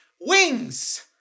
wings